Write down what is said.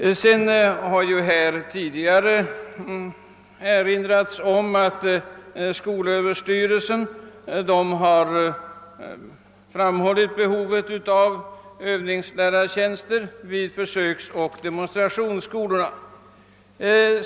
I debatten har tidigare erinrats om att skolöverstyrelsen har framhållit behovet av övningslärartjänster vid försöksoch demonstrationsskolorna.